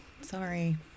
Sorry